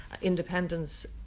independence